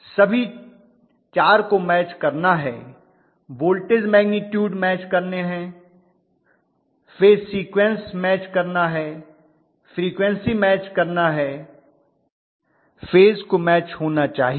सभी 4 को मैच करना है वोल्टेज मैग्निटूड मैच करने है फेज सीक्वेंस मैच करना है फ्रीक्वन्सी मैच करना है फेज को भी मैच होना चाहिए